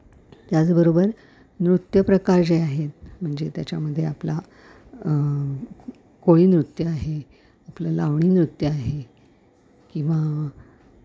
त्याचबरोबर नृत्य प्रकार जे आहेत म्हणजे त्याच्यामध्ये आपला कोळी नृत्य आहे आपलं लावणी नृत्य आहे किंवा